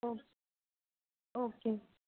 okay okay